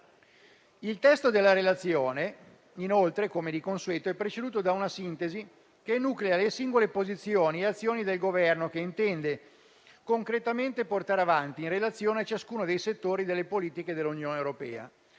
Il testo della relazione, inoltre, come di consueto, è preceduto da una sintesi che enuclea le singole posizioni e le azioni che il Governo intende concretamente portare avanti, in relazione a ciascuno dei settori delle politiche dell'Unione europea.